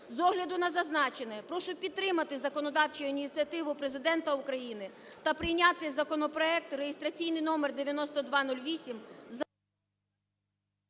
З огляду на зазначене, прошу підтримати законодавчу ініціативу Президента України та прийняти законопроект реєстраційний номер 9208